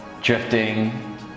drifting